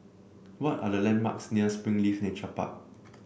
what are the landmarks near Springleaf Nature Park